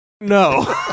no